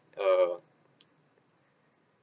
uh